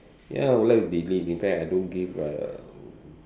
ya I would like to delete in fact I don't give a